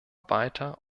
weiter